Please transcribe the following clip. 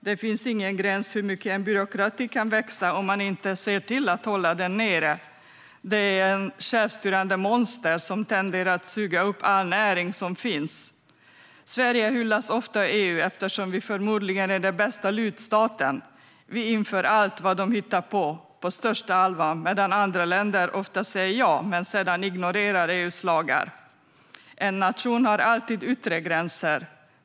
Det finns ingen gräns för hur mycket en byråkrati kan växa om man inte ser till att hålla den nere. Det är ett självstyrande monster som tenderar att suga upp all näring som finns. Sverige hyllas ofta i EU eftersom Sverige förmodligen är den bästa lydstaten. Sverige inför på största allvar allt vad de hittar på, medan andra länder ofta säger ja och sedan ignorerar EU:s lagar. En nation har alltid yttre gränser.